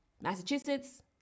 Massachusetts